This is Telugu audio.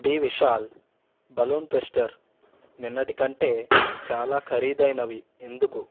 బి విశాల్ బలూన్ ట్విస్టర్ నిన్నటి కంటే చాలా ఖరీదైనవి ఎందుకు